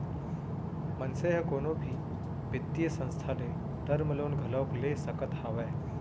मनसे ह कोनो भी बित्तीय संस्था ले टर्म लोन घलोक ले सकत हावय